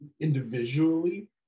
individually